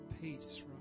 peace